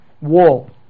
wall